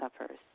suffers